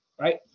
right